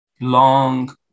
long